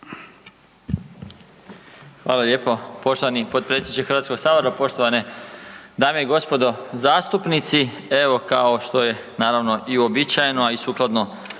Hvala lijepo. Poštovani potpredsjedniče Hrvatskog sabora, poštovane dame i gospodo zastupnici. Evo kao što je i uobičajeno, a i sukladno